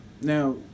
now